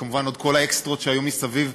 וכמובן עוד כל האקסטרות שהיו מסביב,